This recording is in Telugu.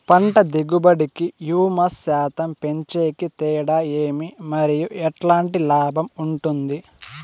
పంట దిగుబడి కి, హ్యూమస్ శాతం పెంచేకి తేడా ఏమి? మరియు ఎట్లాంటి లాభం ఉంటుంది?